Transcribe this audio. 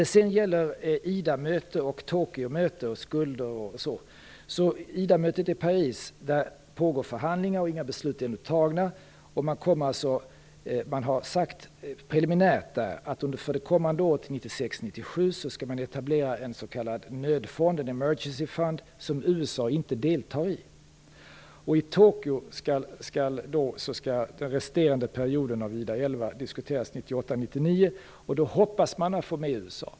Sedan kommer vi till IDA-möte, Tokyo-möte, skulder, m.m. På IDA-mötet i Paris pågår förhandlingar, och inga beslut är ännu fattade. Man har sagt preliminärt att för det kommande året, 1996 99, och då hoppas man att få med USA.